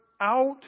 out